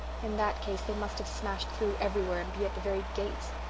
in that case they must have smashed through everywhere and be at the very gates.